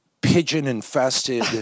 pigeon-infested